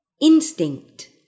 instinct